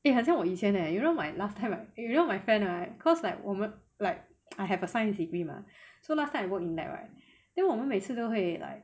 eh 很像我以前 leh you know my last time like you know my friend ah cause like 我们 like I have a science degree mah so last time I work in lab right then 我们每次都会 like